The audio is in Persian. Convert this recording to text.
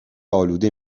آلوده